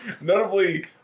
Notably